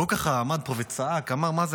והוא ככה עמד פה וצעק, ואמר: מה זה?